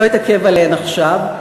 לא אתעכב עליהן עכשיו.